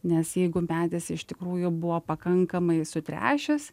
nes jeigu medis iš tikrųjų buvo pakankamai sutrešęs